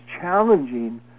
challenging